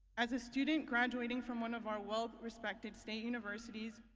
as a student graduating from one of our well respected state universities,